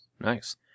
nice